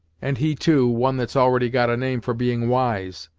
and he, too, one that's already got a name for being wise,